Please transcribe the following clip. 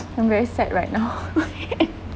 I'm very sad right now